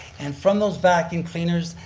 and from those vacuum cleaners,